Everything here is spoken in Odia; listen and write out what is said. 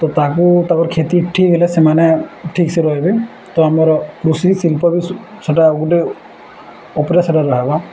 ତ ତାକୁ ତା'ପରେ କ୍ଷତି ଠିକ୍ ହେଲେ ସେମାନେ ଠିକ୍ ସେ ରହିବେ ତ ଆମର କୃଷି ଶିଳ୍ପ ବି ସେଟା ଗୋଟେ ଉପରେ ସେଟା ରହିବା